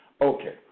Okay